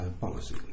policy